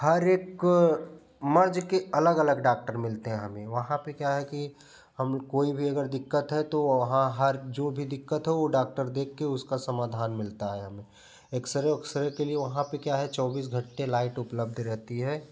हर एक मर्ज की अलग अलग डॉक्टर मिलते हैं हमें वहाँ पर क्या है कि हम कोई भी अगर दिक्कत है तो वहाँ हर जो भी दिक्कत है वो डाक्टर देख कर उसका समाधान मिलता है हमें एक्सरे वुक्सरे के लिए वहाँ पर क्या है चौबीस घंटे लाइट उपलब्ध रहती है